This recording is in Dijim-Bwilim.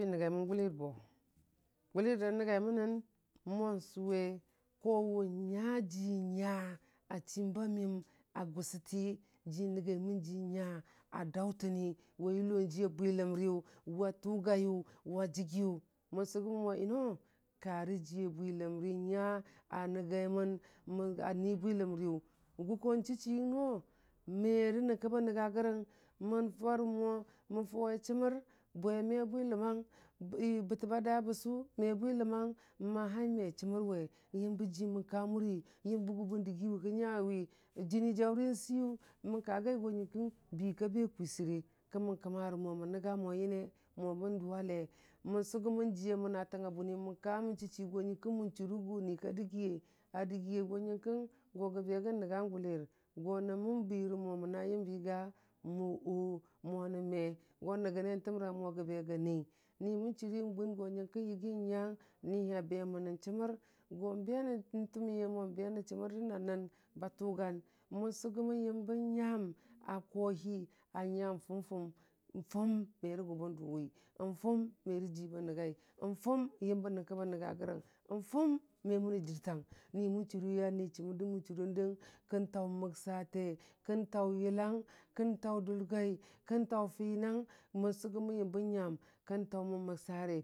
Kən kabwi nənguimən gulər bo, gun gʊlər dən nəngaimənən mo sʊwe ko wənya ji nya a chimba məyam a gʊsti, ji nənyaimən ji nya a dartə mo wa yʊlo jiya bwiləmtiyʊ wa tʊgayen wa jəyiyʊ, mən sʊgʊmən mo yinoo karə jiya bwiləmti nya a nəngaimən a nii bwiləmriyʊ gʊkoo n chichiyəng noo mərə nyənkə bən nənga yərəng mən farə mo mən fawe chəmər, bwe me bwiləmang "i" bətəbbi a da bəsʊ me bwiləmang məhai me chəmər we yəmbə ji mən ka mʊriya, yəmbəgin bən dəgiwa ki bən nyawi, jən vʊnnə n siyʊ mən ka gai go nyəmkəng biika ba kwistɨre kə mə kə marə mo mən nənya mo nyənnə, moo bən dʊwa le, mən sʊgʊmən jiya mənatang a bʊniyʊ mən. Ka mən chichi go nyən kəng mən chʊrə gʊni ka dəgiye n dəgiye go nyən kəng gu gə bagə nənga gʊlər go nənme birə mo məna yəmbi ga mo, wo mo nən me go nəgənne təmrang, mo gə bə gə ni mən chwriwə gʊn go nyənkəng yigi nyang ni ni a bemən nən chəmər gu be nən, təmiye mo be rə chəmər jə nan nən, ba tugun, mən sʊgʊmən yəmbə nyam a koli a nya fumfum, fum me rə gʊ əbn dʊwi, nfʊm merə ji bən nəngai, nfʊm yənbə nyənkə bən nəngərəng, n fʊm me mənə jər tung, ni mun chʊriwə a nii chəmər də mən chərəndəng kən taʊ məksate, kən taʊ yəlang kən tau dʊlgai, kan taʊ finang mən sʊgʊmən yəmbə nyan kən taʊ mə məksare.